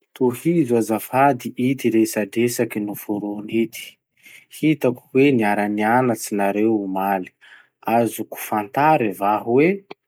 Tohizo azafady ity resadresaky noforony ity: Hitako hoe niara-nianatsy nareo omaly. Azoko fantary va hoe.